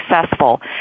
successful